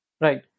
Right